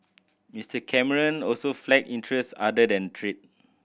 Mister Cameron also flagged interest other than trade